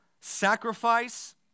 sacrifice